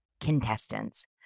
contestants